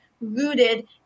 rooted